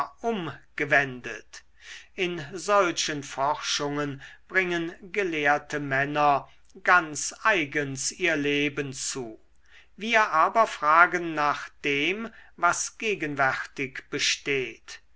umgewendet in solchen forschungen bringen gelehrte männer ganz eigens ihr leben zu wir aber fragen nach dem was gegenwärtig besteht